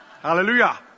Hallelujah